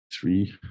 Three